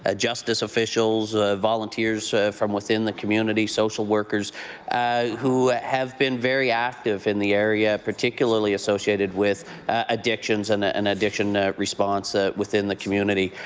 ah justice officials, volunteers from within the community, social workers who have been very active in the area, particularly associated with addictions and ah and addiction response ah within the community.